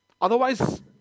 Otherwise